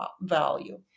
value